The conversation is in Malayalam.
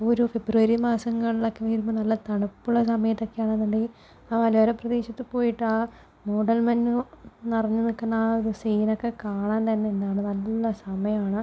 അപ്പോൾ ഒരു ഫെബ്രുവരി മാസങ്ങളിലൊക്കെ വരുമ്പോൾ നല്ല തണുപ്പുള്ള സമയത്തൊക്കെ ആണെന്നുണ്ടെങ്കിൽ ആ മലയോര പ്രദേശത്ത് പോയിട്ട് ആ മൂടൽ മഞ്ഞ് നിറഞ്ഞു നിൽക്കുന്ന ആ ഒരു സീനൊക്കെ കാണാൻ തന്നെ എന്താണ് നല്ല സമയമാണ്